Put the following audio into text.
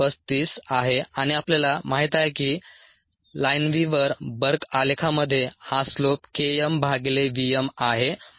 35 आहे आणि आपल्याला माहित आहे की लाइनविव्हर बर्क आलेखामध्ये हा स्लोप K m भागिले v m आहे